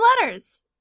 letters